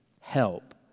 help